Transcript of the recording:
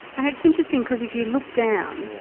and it's interesting because if you look down,